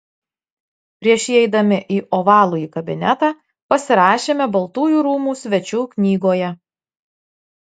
prieš įeidami į ovalųjį kabinetą pasirašėme baltųjų rūmų svečių knygoje